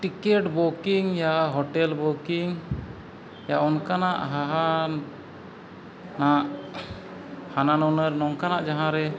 ticket booking ᱭᱟ hotel booking ᱚᱱᱠᱟᱱᱟᱜ ᱦᱟᱦᱟᱱ ᱦᱟᱜ ᱦᱟᱱᱟ ᱱᱩᱱᱟᱹᱨ ᱱᱚᱝᱠᱟᱱᱟᱜ ᱡᱟᱦᱟᱸ ᱨᱮ